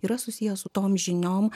yra susijęs su tom žiniom